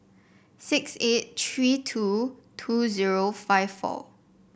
six eight three two two zero five four